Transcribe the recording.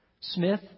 Smith